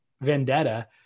vendetta